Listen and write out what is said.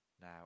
now